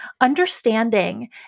understanding